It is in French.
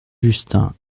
justin